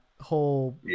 whole